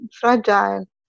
fragile